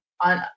on